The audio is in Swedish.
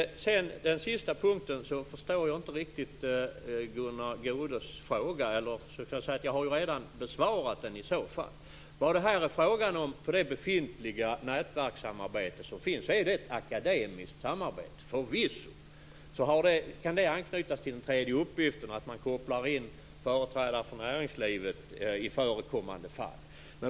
När det gäller den sista punkten förstår jag inte riktigt Gunnar Goudes fråga. Jag har redan besvarat den i så fall. Det befintliga nätverkssamarbetet är förvisso ett akademiskt samarbete. Det skall anknytas till den tredje uppgiften att man kopplar in företrädare för näringslivet i förekommande fall.